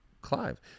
Clive